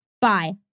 Bye